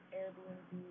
Airbnb